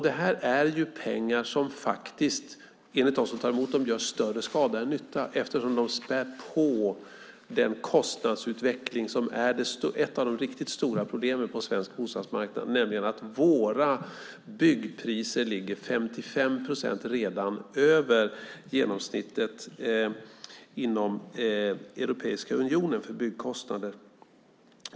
Det här är ju pengar som faktiskt, enligt dem som tar emot dem, gör större skada än nytta eftersom de späder på den kostnadsutveckling som är ett av de riktigt stora problemen på svensk bostadsmarknad, nämligen att våra byggpriser redan ligger 55 procent över genomsnittet för byggkostnader inom Europeiska unionen.